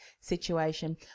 situation